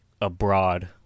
Abroad